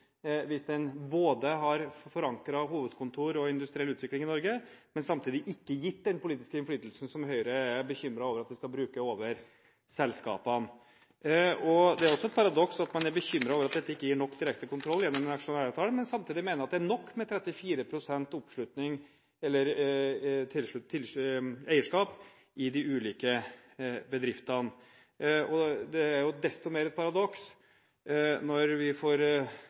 den transaksjonen hvis den har forankret hovedkontor og industriell utvikling i Norge, men samtidig ikke gitt den politiske innflytelsen som Høyre er bekymret over at vi skal bruke over selskapene. Det er også et paradoks at man er bekymret over at dette ikke gir nok direkte kontroll gjennom denne aksjonæravtalen, men samtidig mener at det er nok med 34 pst. eierskap i de ulike bedriftene. Det er desto mer et paradoks at vi